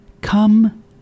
Come